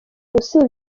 usibye